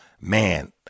Man